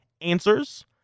answers